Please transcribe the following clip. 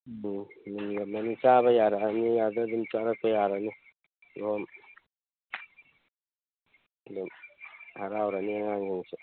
ꯎꯝ ꯃꯨꯜꯂꯝꯃꯅꯤ ꯆꯥꯕ ꯌꯥꯔꯛꯑꯅꯤ ꯑꯗꯣ ꯑꯗꯨꯝ ꯆꯥꯔꯛꯄ ꯌꯥꯔꯅꯤ ꯀꯤꯍꯣꯝ ꯑꯗꯨꯝ ꯍꯔꯥꯎꯔꯅꯤ ꯑꯉꯥꯡꯁꯤꯡꯁꯨ